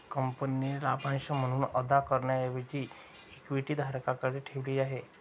कंपनीने लाभांश म्हणून अदा करण्याऐवजी इक्विटी धारकांकडे ठेवली आहे